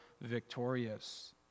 victorious